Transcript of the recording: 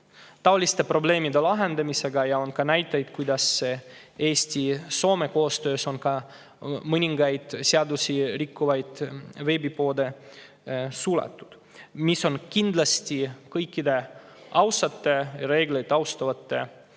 taoliste probleemide lahendamisega. On ka näiteid, kuidas Eesti ja Soome koostöös on mõningad seadusi rikkuvad veebipoed suletud. See on kindlasti kõikide ausate, reegleid austavate